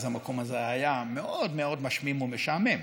אז המקום הזה היה מאוד מאוד משמים ומשעמם.